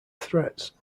threats